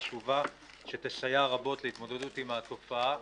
חשובה שתסייע רבות להתמודדות עם התופעה.